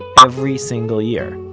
every single year.